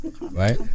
right